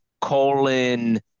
colon